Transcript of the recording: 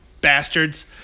bastards